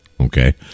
okay